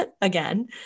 again